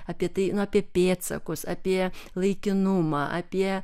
apie tai nu apie pėdsakus apie laikinumą apie